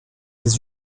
des